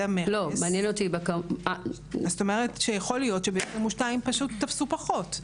יכול להיות שב-2022 פשוט תפסו פחות.